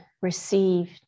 received